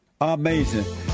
Amazing